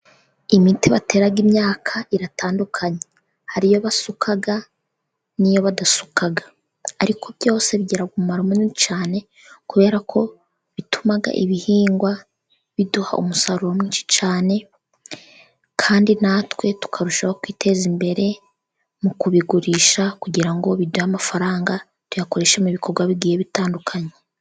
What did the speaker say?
Imiti batera imyaka iratandukanye. Hari iyo basuka n'iyo badasuka. Ariko byose bigira umumaro munini cyane. kubera ko bituma ibihingwa biduha umusaruro mwinshi cyane, kandi na twe tukarushaho kwiteza imbere mu kubigurisha. Kugira ngo biduhe amafaranga, tuyakoreshemo ibikorwa bigiye bitandukanye.